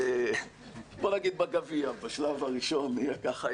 לייצר באמת משרד עוצמתי שיוביל את ההשכלה הגבוהה ואת החינוך הטכנולוגי,